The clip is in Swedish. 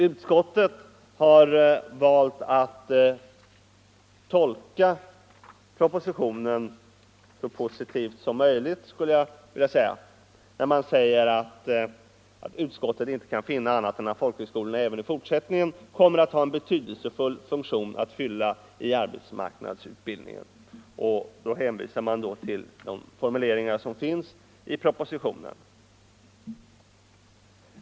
Utskottet har valt att tolka propositionen så positivt som möjligt, skulle jag vilja säga, när man skriver att utskottet inte kan finna annat än att folkhögskolorna även i fortsättningen kommer att ha en betydelsefull funktion att fylla i arbetsmarknadsutbildningen. Då hänvisar man till de formuleringar som finns i propositionen.